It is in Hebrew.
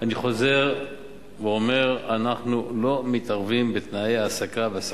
אני חוזר ואומר: אנחנו לא מתערבים בתנאי ההעסקה והשכר.